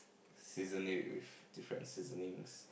season it with different seasonings